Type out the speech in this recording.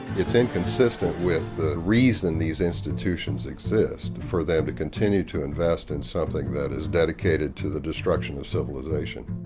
it's inconsistent with the reason these institutions exist for them to continue to invest in something that is dedicated to the destruction of civilization.